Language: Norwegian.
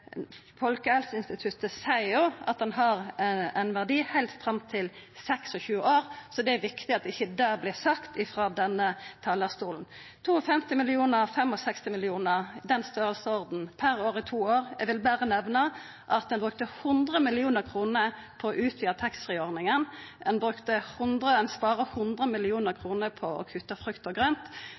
verdi heilt fram til 26 år – så det er viktig at dette ikkje vert sagt frå denne talarstolen. 52 mill. kr til 65 mill. kr – den storleiksordenen per år i to år: Eg vil berre nemna at ein brukte 100 mill. kr for å utvida taxfree-ordninga, og ein sparer 100 mill. kr på å kutta frukt og grønt.